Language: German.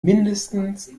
mindestens